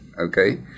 Okay